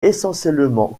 essentiellement